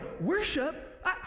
worship